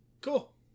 Cool